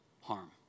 harm